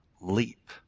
leap